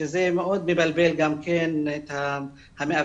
שזה מאוד מבלבל גם כן את המאבחנים,